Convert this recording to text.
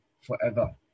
forever